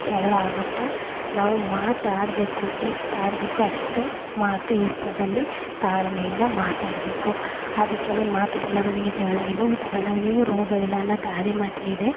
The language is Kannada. ಜಗಳ ಆಗುತ್ತೆ ನಾವು ಮಾತು ಆಡಬೇಕು ಎಷ್ಟು ಆಡಬೇಕು ಅಷ್ಟು ಮಾತು ಹಿಡಿತದಲ್ಲಿ ತಾಳ್ಮೆಯಿಂದ ಮಾತಾಡಬೇಕು ಅದಕ್ಕೆ ಮಾತು ಬಲ್ಲವನಿಗೆ ಜಗಳವಿಲ್ಲ ಊಟ ಬಲ್ಲವನಿಗೆ ರೋಗವಿಲ್ಲ ಅನ್ನೋ ಗಾದೆ ಮಾತೇ ಇದೆ